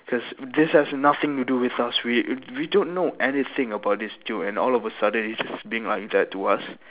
cause this has nothing to do with us we we don't know anything about this dude and all of a sudden he's just being like that to us